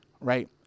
right